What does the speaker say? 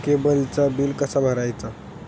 केबलचा बिल कसा भरायचा?